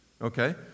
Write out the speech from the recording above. Okay